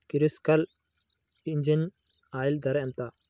Kirloskar engine oil ధర ఎంత?